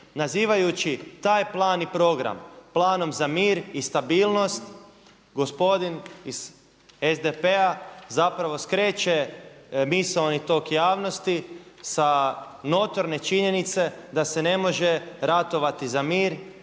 nazivajući taj plan i program planom za mir i stabilnost. Gospodin iz SDP-a zapravo skreće misaoni tok javnosti sa notorne činjenice da se ne može ratovati za mir i da oni